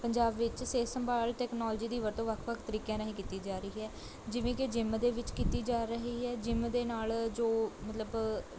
ਪੰਜਾਬ ਵਿੱਚ ਸਿਹਤ ਸੰਭਾਲ ਟੈਕਨੋਲਜੀ ਦੀ ਵਰਤੋਂ ਵੱਖ ਵੱਖ ਤਰੀਕਿਆਂ ਰਾਹੀਂ ਕੀਤੀ ਜਾ ਰਹੀ ਹੈ ਜਿਵੇਂ ਕਿ ਜਿੰਮ ਦੇ ਵਿੱਚ ਕੀਤੀ ਜਾ ਰਹੀ ਹੈ ਜਿੰਮ ਦੇ ਨਾਲ਼ ਜੋ ਮਤਲਬ